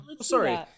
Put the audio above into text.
Sorry